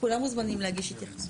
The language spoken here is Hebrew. כולם מוזמנים להגיש התייחסות.